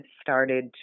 started